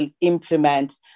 implement